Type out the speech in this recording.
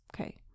Okay